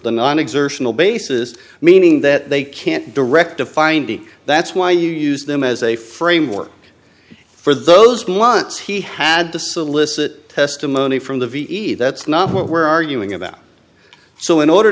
the non exertional basis meaning that they can't direct a finding that's why you use them as a framework for those months he had to solicit testimony from the ve that's not what we're arguing about so in order